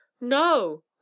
No